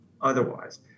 otherwise